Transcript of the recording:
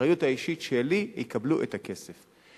באחריות האישית שלי יקבלו את הכסף.